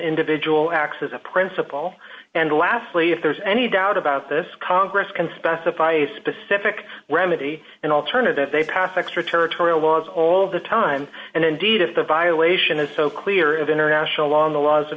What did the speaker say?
individual acts as a principal and lastly if there's any doubt about this congress can specify a specific remedy an alternative a path extraterritorial was all the time and indeed if the violation is so clear of international law and the laws of